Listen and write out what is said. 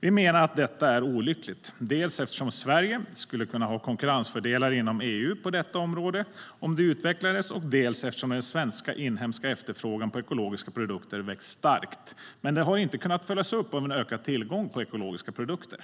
Vi menar att detta är olyckligt dels eftersom Sverige skulle kunna ha konkurrensfördelar inom EU på detta område om det utvecklades, dels eftersom den svenska inhemska efterfrågan på ekologiska produkter har vuxit starkt. Men den har inte kunnat följas upp av ökad tillgång på ekologiska produkter.